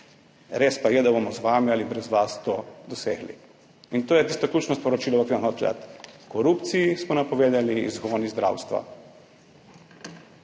Res pa je, da bomo z vami ali brez vas to dosegli. In to je tisto ključno sporočilo, ki bi vam hočem dati – korupciji smo napovedali izgon iz zdravstva